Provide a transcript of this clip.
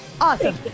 awesome